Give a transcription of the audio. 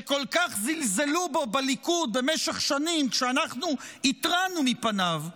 שכל כך זלזלו בו בליכוד במשך שנים כשאנחנו התרענו מפניו,